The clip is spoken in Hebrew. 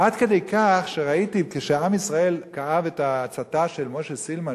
עד כדי כך שראיתי שכשעם ישראל כאב את ההצתה של משה סילמן,